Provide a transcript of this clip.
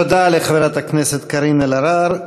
תודה לחברת הכנסת קארין אלהרר.